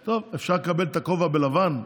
טוב, אפשר לקבל את הכובע בלבן?